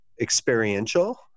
experiential